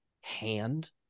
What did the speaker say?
hand